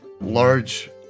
large